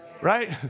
right